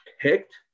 picked